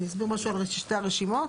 אני אסביר משהו על שתי הרשימות.